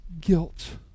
guilt